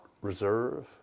Reserve